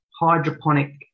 hydroponic